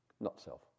not-self